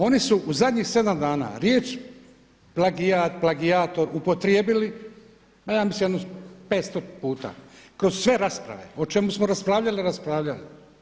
Oni su u zadnjih sedam dana riječ plagijat, plagijator upotrijebili ma ja mislim jedno 500 puta kroz sve rasprave o čemu smo raspravljali, raspravljali.